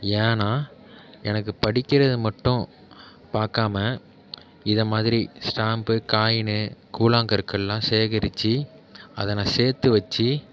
ஏன்னால் எனக்கு படிக்கிறது மட்டும் பார்க்காம இதை மாதிரி ஸ்டாம்ப்பு காயினு கூழாங்கற்கள்லாம் சேகரித்து அதை நான் சேர்த்து வச்சு